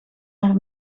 haar